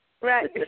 Right